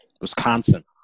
Wisconsin